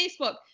Facebook